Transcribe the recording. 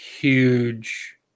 huge –